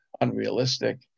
unrealistic